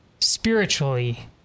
spiritually